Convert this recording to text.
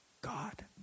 God